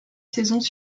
saisons